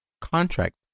contract